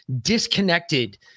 disconnected